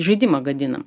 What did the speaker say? žaidimą gadinam